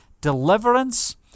deliverance